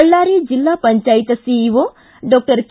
ಬಳ್ಕಾರಿ ಜಿಲ್ಲಾ panchayat CEO doctor K